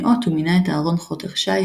ניאות ומינה את אהרן חטר-ישי,